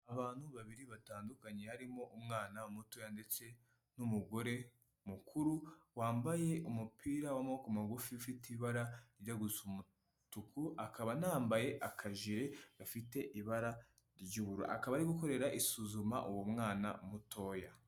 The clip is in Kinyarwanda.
Abantu babiri batandukanye barimo umwana mutoya ndetse n'umugore, mukuru wambaye umupira w'amaboko magufi ufite ibara ryo gusa umutuku, akaba anambaye akajire gafite ibara ry'ubururu, akaba ari gukorera isuzuma uwo mwana mutoya.